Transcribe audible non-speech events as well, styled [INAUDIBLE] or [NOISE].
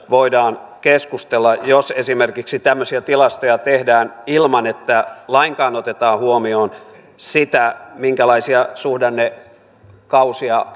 voidaan keskustella jos esimerkiksi tämmöisiä tilastoja tehdään ilman että lainkaan otetaan huomioon sitä minkälaisia suhdannekausia [UNINTELLIGIBLE]